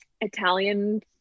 Italian